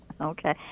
Okay